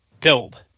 build